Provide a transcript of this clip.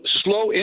slow